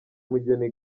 mugeni